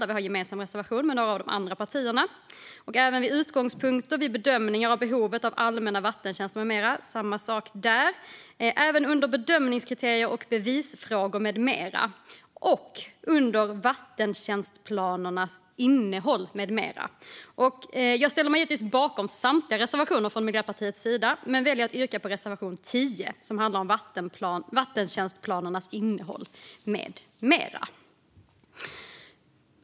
Där har vi en gemensam reservation med ett par av de andra partierna. Det är samma sak när det gäller utgångspunkter vid bedömningar av behovet av allmänna vattentjänster med mera. Sedan gäller det bedömningskriterier och bevisfrågor med mera. Och det gäller vattentjänstplanernas innehåll med mera. Jag ställer mig givetvis bakom samtliga reservationer från Miljöpartiets sida men väljer att yrka bifall endast till reservation 10, som handlar om vattentjänstplanernas innehåll med mera.